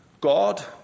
God